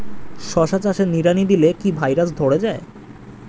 শশা চাষে নিড়ানি দিলে কি ভাইরাস ধরে যায়?